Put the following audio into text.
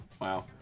Wow